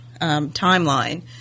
timeline